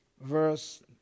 verse